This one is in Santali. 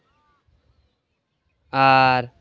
ᱟᱨ